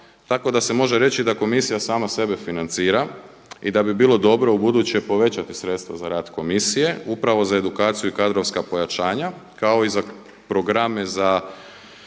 tako da se može reći da komisija sama sebe financira i da bi bilo dobro u buduće povećati sredstva za rad komisije upravo za edukaciju i kadrovska pojačanja kao i za programe za